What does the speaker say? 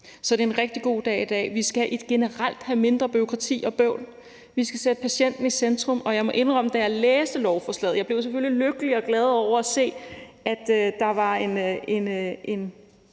Så det er en rigtig god dag i dag. Vi skal generelt have mindre bureaukrati og bøvl. Vi skal sætte patienten i centrum. Da jeg læste lovforslaget, blev jeg selvfølgelig lykkelig og glad over at se, at der var en